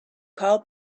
call